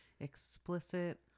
explicit